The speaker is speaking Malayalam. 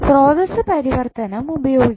സ്രോതസ്സ് പരിവർത്തനം പ്രയോഗിക്കാം